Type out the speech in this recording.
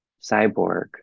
cyborg